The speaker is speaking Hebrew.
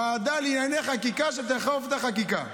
ועדה לענייני חקיקה שתאכוף את החקיקה.